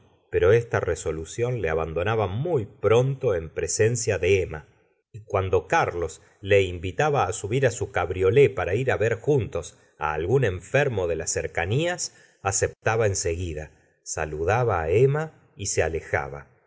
pero esta resolución le abandonaba muy pronto en presencia de emma y cuando carlos le invitaba subir su cabriolé para ir á ver juntos algún enfermo de las cercanías aceptaba en seguida saludaba emma y se alejaba